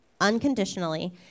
unconditionally